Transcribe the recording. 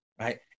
Right